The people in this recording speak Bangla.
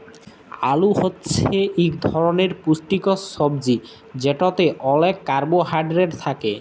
আলু মালে হছে ইক ধরলের পুষ্টিকর ছবজি যেটতে অলেক কারবোহায়ডেরেট থ্যাকে